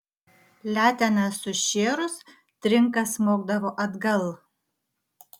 letena sušėrus trinka smogdavo atgal